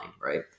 right